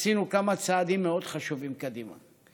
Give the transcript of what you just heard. עשינו כמה צעדים מאוד חשובים קדימה.